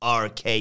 RK